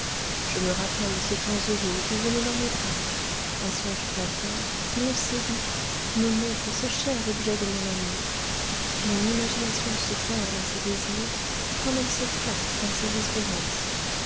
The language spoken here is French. je me rappelle ce temps heureux où tu venois dans mes bras un songe flatteur qui me séduit me montre ce cher objet de mon amour mon imagination se perd dans ses désirs comme elle se flatte dans ses espérances